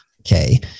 Okay